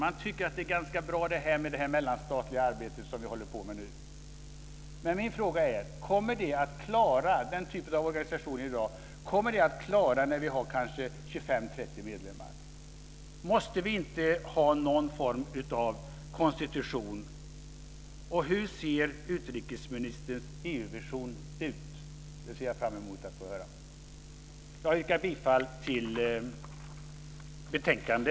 Man tycker att det mellanstatliga arbetet är ganska bra. Kommer den organisation som finns i dag att klara kanske 25-30 medlemmar? Måste vi inte ha någon form av konstitution? Hur ser utrikesministerns EU-vision ut? Det ser jag fram emot att få höra. Jag yrkar bifall till förslaget i utskottets betänkande.